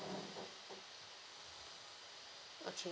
okay